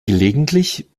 gelegentlich